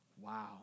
Wow